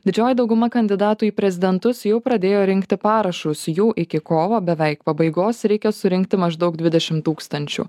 didžioji dauguma kandidatų į prezidentus jau pradėjo rinkti parašus jų iki kovo beveik pabaigos reikia surinkti maždaug dvidešimt tūkstančių